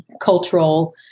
cultural